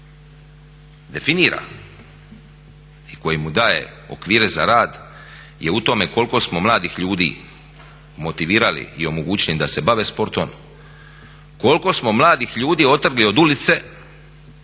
i koji mu daje okvire za rad je u tome koliko smo mladih ljudi motivirali i omogućili im da se bave sportom, koliko smo mladih ljudi otrgli od ulice,